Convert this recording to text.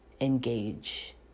engage